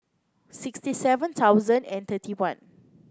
sixty seven thousand and thirty one